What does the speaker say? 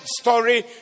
story